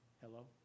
Hello